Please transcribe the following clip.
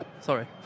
Sorry